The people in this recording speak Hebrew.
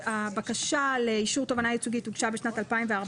הבקשה לאישור תובענה ייצוגית הוגשה בשנת 2014,